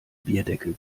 bierdeckel